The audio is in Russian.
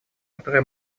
которое